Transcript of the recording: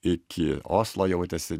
iki oslo jautėsi